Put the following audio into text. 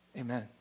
Amen